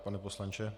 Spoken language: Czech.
Pane poslanče.